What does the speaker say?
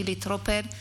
חילי טרופר,